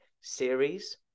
series